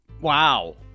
Wow